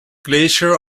glacier